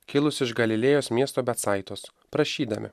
kilusį iš galilėjos miesto betsaitos prašydami